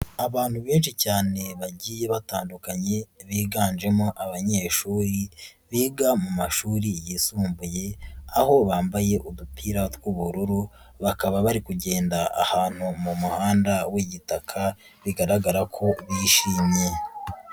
Abantu benshi cyane bagiye batandukanye biganjemo abanyeshuri biga mu mashuri yisumbuye, aho bambaye udupira tw'ubururu, bakaba bari kugenda ahantu mu muhanda w'igitaka bigaragara ko bishimye.